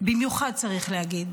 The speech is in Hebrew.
במיוחד צריך להגיד